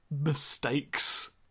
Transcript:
mistakes